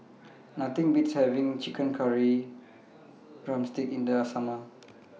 Nothing Beats having Chicken Curry Drumstick in The Summer